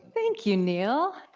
thank you, neal,